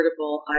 affordable